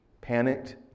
panicked